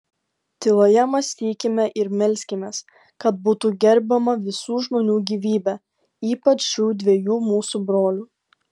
tyloje mąstykime ir melskimės kad būtų gerbiama visų žmonių gyvybė ypač šių dviejų mūsų brolių